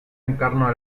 encarna